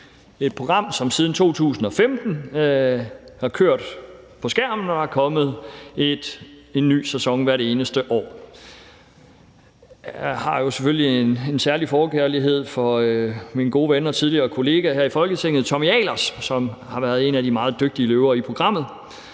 et program, som siden 2015 har kørt på skærmen, og som der er kommet en ny sæson af hvert eneste år. Jeg har jo selvfølgelig en særlig forkærlighed for min gode ven og tidligere kollega her i Folketinget Tommy Ahlers, som har været en af de meget dygtige løver i programmet.